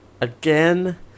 again